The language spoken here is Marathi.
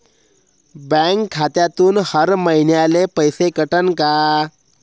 बँक खात्यातून हर महिन्याले पैसे कटन का?